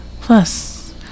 Plus